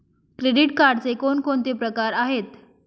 Credit कार्डचे कोणकोणते प्रकार आहेत?